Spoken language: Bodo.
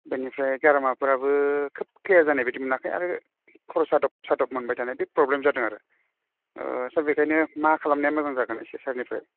बेनिफ्राय गारमाफ्राबो खोब क्लियार जानाय बायदि मोनाखै आरो खर' सादब सादब मोनबाय थानाय बे प्रब्लेम जादों आरो सार बेखाइनो मा खालामनाया मोजां जागोन इसे सारनिफ्राय